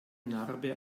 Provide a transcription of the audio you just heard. narbe